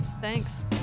Thanks